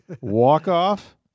walk-off